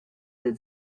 that